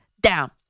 down